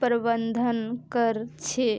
प्रबंधन कर छे